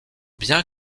bien